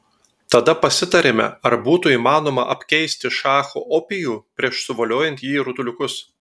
tada pasitarėme ar būtų įmanoma apkeisti šacho opijų prieš suvoliojant jį į rutuliukus